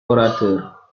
orateur